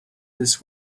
this